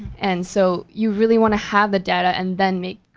and so you really wanna have the data and then make,